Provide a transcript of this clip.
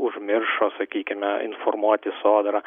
užmiršo sakykime informuoti sodrą